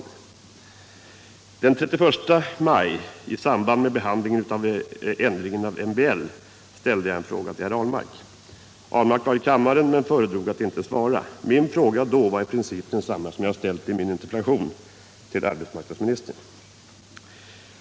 ändringar i lagen Den 31 maj, i samband med behandlingen av ändring av MBL, ställde — om anställningsjag en fråga till Per Ahlmark. Per Ahlmark var i kammaren men föredrog — skydd, m.m. att inte svara. Min fråga då var i princip densamma som jag har ställt i min interpellation till arbetsmarknadsministern.